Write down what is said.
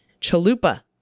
Chalupa